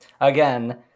Again